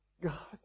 God